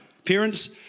Parents